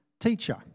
teacher